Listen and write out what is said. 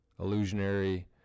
illusionary